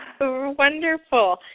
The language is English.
wonderful